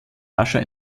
rascher